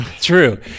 True